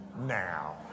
now